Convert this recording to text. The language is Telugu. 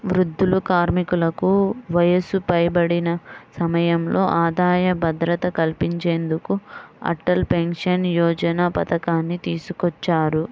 వృద్ధులు, కార్మికులకు వయసు పైబడిన సమయంలో ఆదాయ భద్రత కల్పించేందుకు అటల్ పెన్షన్ యోజన పథకాన్ని తీసుకొచ్చారు